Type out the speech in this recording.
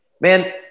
man